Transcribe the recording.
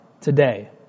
today